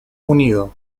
unido